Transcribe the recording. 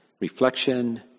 reflection